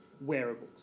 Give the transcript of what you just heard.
wearables